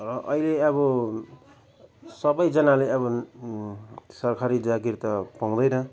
अहिले अब सबैजनाले अब सरकारी जागिर त पाउँदैन